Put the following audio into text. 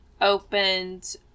opened